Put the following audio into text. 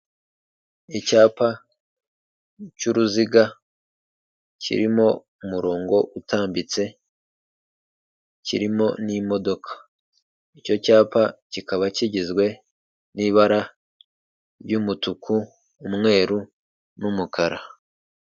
Icyapa cy'uruziga kirimo umurongo utambitse kirimo n'imodoka, icyo cyapa kikaba kigizwe n'ibara ry'umutuku umweru n'umukara.